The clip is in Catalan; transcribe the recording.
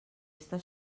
està